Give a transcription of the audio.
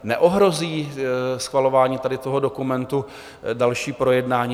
Neohrozí schvalování tady toho dokumentu další projednání?